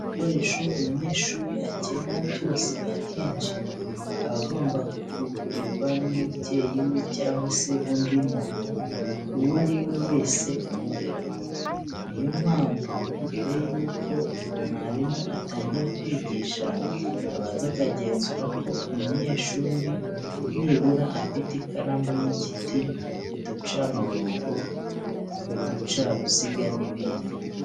Ibikoresho umunyeshuri akenera byose akenshi aba agomba kubigurirwa n'umubyeyi we cyangwa se undi muntu uwo ari we wese umurera. Ni yo mpamvu mbere yuko mwarimu atangira kwigisha abanza akagenzura ko umunyeshuri nibura afite ikaramu y'igiti, uducamurongo, uducaruziga n'ibindi.